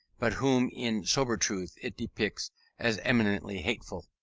but whom in sober truth it depicts as eminently hateful.